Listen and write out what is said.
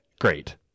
great